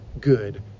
good